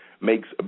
makes